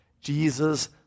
Jesus